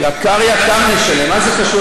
יקר יקר נשלם.